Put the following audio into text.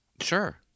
Sure